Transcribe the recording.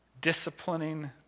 disciplining